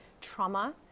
trauma